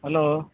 hello